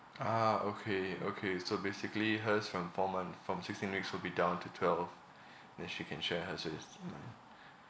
ah okay okay so basically hers from four month from sixteen weeks would be down to twelve then she can share hers mm